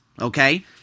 okay